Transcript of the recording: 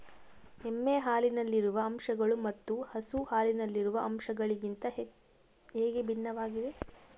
ಎಮ್ಮೆ ಹಾಲಿನಲ್ಲಿರುವ ಅಂಶಗಳು ಮತ್ತು ಹಸು ಹಾಲಿನಲ್ಲಿರುವ ಅಂಶಗಳಿಗಿಂತ ಹೇಗೆ ಭಿನ್ನವಾಗಿವೆ?